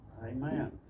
Amen